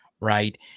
right